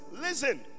listen